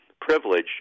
privilege